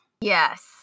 Yes